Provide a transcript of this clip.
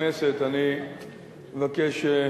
אתה מוכן לתת כבוד לשר,